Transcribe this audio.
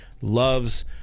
loves